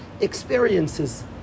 experiences